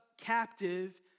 captive